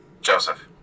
Joseph